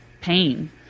pain